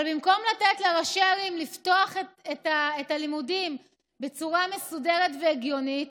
אבל במקום לתת לראשי העיר לפתוח את הלימודים בצורה מסודרת והגיונית,